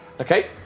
Okay